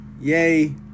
yay